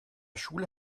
schule